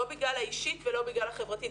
לא בגלל האישית ולא בגלל החברתית.